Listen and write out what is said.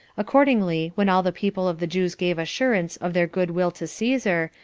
accordingly, when all the people of the jews gave assurance of their good-will to caesar,